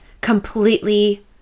completely